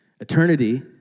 eternity